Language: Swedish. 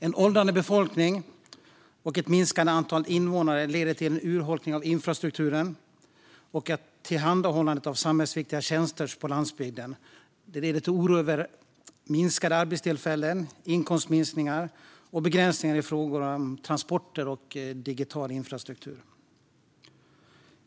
En åldrande befolkning och ett minskande antal invånare leder till en urholkning av infrastrukturen och av tillhandahållandet av samhällsviktiga tjänster på landsbygden, oro över minskade arbetstillfällen, inkomstminskningar och begränsningar i fråga om transporter och digital infrastruktur.